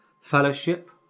fellowship